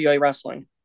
wrestling